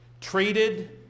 treated